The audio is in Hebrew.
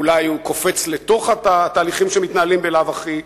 ואולי הוא קופץ לתוך התהליכים שמתנהלים בלאו-הכי,